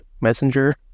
Messenger